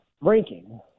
ranking